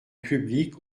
publique